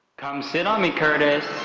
come sit on me, kurtis.